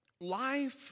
Life